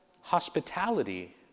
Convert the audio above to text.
hospitality